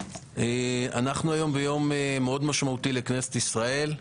אנחנו היום ביום מאוד משמעותי לכנסת ישראל.